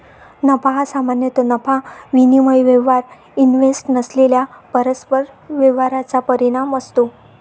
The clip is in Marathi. नफा हा सामान्यतः नफा विनिमय व्यवहार इव्हेंट नसलेल्या परस्पर व्यवहारांचा परिणाम असतो